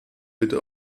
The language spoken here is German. bitte